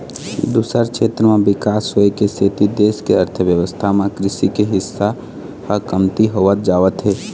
दूसर छेत्र म बिकास होए के सेती देश के अर्थबेवस्था म कृषि के हिस्सा ह कमती होवत जावत हे